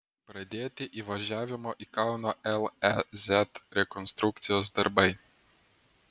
pradėti įvažiavimo į kauno lez rekonstrukcijos darbai